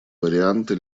варианты